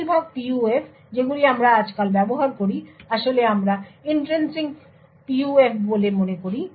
বেশিরভাগ PUF যেগুলি আমরা আজকাল ব্যবহার করি আসলে আমরা ইন্ট্রিনসিক PUF বলে মনে করি